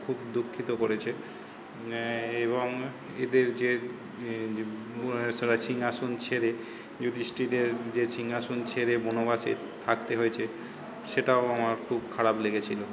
খুব দুঃখিত করেছে এবং এদের যে সিংহাসন ছেড়ে যুধিষ্ঠিরের যে সিংহাসন ছেড়ে বনবাসে থাকতে হয়েছে সেটাও আমার খুব খারাপ লেগেছিল